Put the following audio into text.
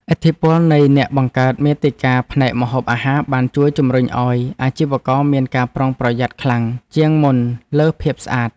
ឥទ្ធិពលនៃអ្នកបង្កើតមាតិកាផ្នែកម្ហូបអាហារបានជួយជម្រុញឱ្យអាជីវករមានការប្រុងប្រយ័ត្នខ្លាំងជាងមុនលើភាពស្អាត។